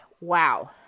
wow